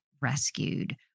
rescued